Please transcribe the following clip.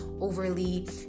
overly